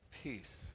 Peace